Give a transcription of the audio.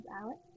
Alex